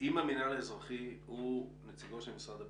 אם המינהל האזרחי הוא נציגו של משרד הביטחון,